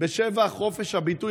בשבח חופש הביטוי.